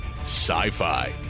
sci-fi